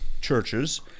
churches